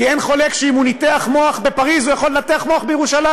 כי אין חולק שאם הוא ניתח מוח בפריז הוא יכול לנתח בירושלים,